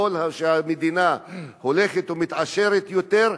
שככל שהמדינה הולכת ומתעשרת יותר,